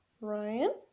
Ryan